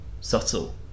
subtle